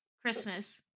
Christmas